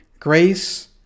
Grace